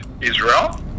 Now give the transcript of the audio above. Israel